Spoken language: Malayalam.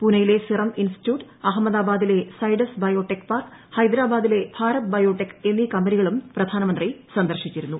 പൂനെയിലെ സിറം ഇൻസ്റ്റിറ്റ്യൂട്ട് അഹമ്മദാബാദിലെ സൈഡസ് ബയോ ടെക് പാർക്ക് ഹൈദരാബാദിലെ ഭാരത് ബയോ ടെക് എന്നീ കമ്പനികളും പ്രധാനമന്ത്രി സന്ദർശിച്ചിരുന്നു